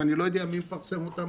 שאני לא יודע מי מפרסם אותם,